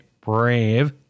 brave